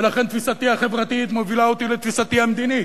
ולכן תפיסתי החברתית מובילה אותי לתפיסתי המדינית